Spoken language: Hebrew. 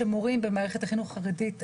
שמורים במערכת החינוך החרדית,